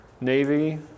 Navy